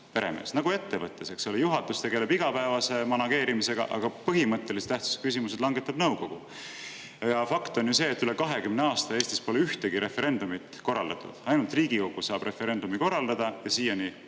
peremees. Nagu ettevõttes, eks ole, kus juhatus tegeleb igapäevase manageerimisega, aga põhimõttelise tähtsusega [otsused] langetab nõukogu. Fakt on see, et üle 20 aasta pole Eestis ühtegi referendumit korraldatud. Ainult Riigikogu saab referendumi korraldada ja siiani